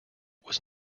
was